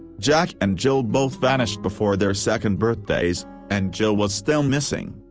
jack and jill both vanished before their second birthdays and jill was still missing.